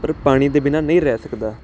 ਪਰ ਪਾਣੀ ਦੇ ਬਿਨਾਂ ਨਹੀਂ ਰਹਿ ਸਕਦਾ